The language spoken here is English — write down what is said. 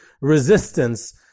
resistance